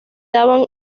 daban